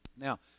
Now